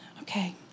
okay